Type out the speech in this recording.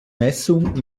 messung